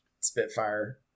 Spitfire